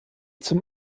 zum